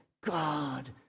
God